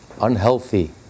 unhealthy